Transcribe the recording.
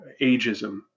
ageism